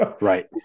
Right